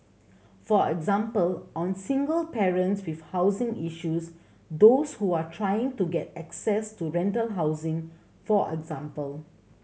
for example on single parents with housing issues those who are trying to get access to rental housing for example